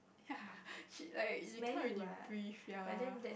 ya she like you can't really breath ya